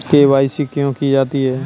KYC क्यों की जाती है?